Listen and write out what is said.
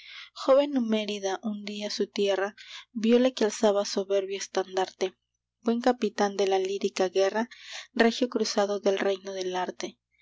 joven homérida un día su tierra vióle que alzaba soberbio estandarte buen capitán de la lírica guerra regio cruzado del reino del arte